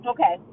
Okay